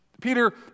Peter